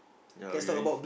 yea we already